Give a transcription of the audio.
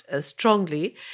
strongly